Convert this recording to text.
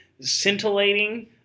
scintillating